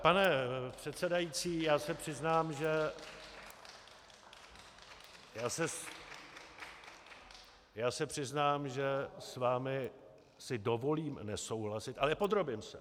Pane předsedající, já se přiznám, že já se přiznám, že s vámi si dovolím nesouhlasit, ale podrobím se.